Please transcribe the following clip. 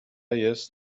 jest